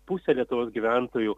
pusę lietuvos gyventojų